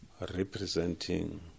representing